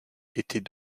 était